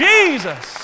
Jesus